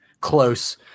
close